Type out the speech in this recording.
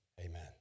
amen